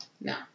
No